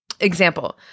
example